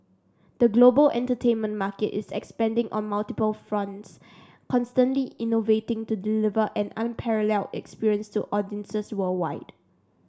the global entertainment market is expanding on multiple fronts constantly innovating to deliver an unparalleled experience to audiences worldwide